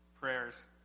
prayers